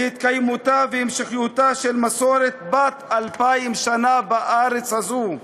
להתקיימותה והמשכיותה של מסורת בת אלפיים שנה בארץ הזו?